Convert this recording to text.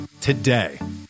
today